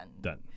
Done